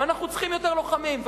ואנחנו צריכים יותר לוחמים.